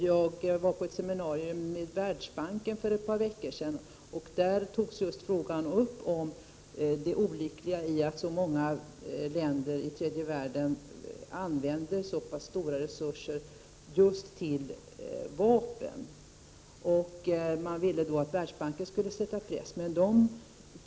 Jag var på ett seminarium med Världsbanken för ett par veckor sedan, och där togs just frågan upp om det olyckliga i att så många länder i tredje värl den använder så stora resurser till vapenanskaffning, och man ville att Världsbanken skulle sätta press på dem.